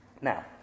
Now